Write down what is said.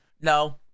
No